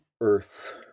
Earth